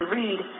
read